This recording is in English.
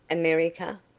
america?